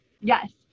yes